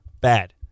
Bad